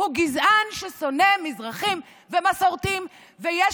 הוא גזען ששונא מזרחים ומסורתיים ויש